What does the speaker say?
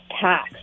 tax